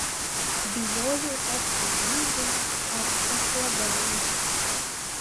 bijojau tapti byviu ar tešlagalviu